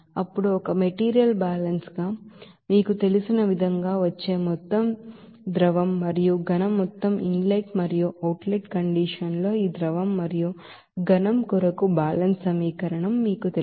అప్పుడు ఒక material balance గా మీకు తెలిసిన విధంగా వచ్చే మొత్తం ಲಿಕ್ವಿಡ್ మరియు ಸಾಲಿಡ್ మొత్తం ఇన్ లెట్ మరియు అవుట్ లెట్ కండిషన్ లో ఈ ಲಿಕ್ವಿಡ್ మరియు ಸಾಲಿಡ್ కొరకు బ్యాలెన్స్ సమీకరణం మీకు తెలుసు